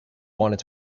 wanted